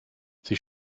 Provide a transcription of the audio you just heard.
sie